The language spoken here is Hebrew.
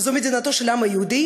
זו מדינתו של העם היהודי,